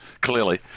clearly